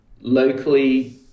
locally